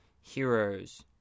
heroes